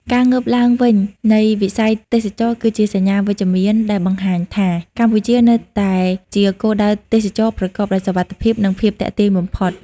ការងើបឡើងវិញនៃវិស័យទេសចរណ៍គឺជាសញ្ញាវិជ្ជមានដែលបង្ហាញថា កម្ពុជានៅតែជាគោលដៅទេសចរណ៍ប្រកបដោយសុវត្ថិភាព និងភាពទាក់ទាញបំផុត។